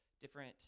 different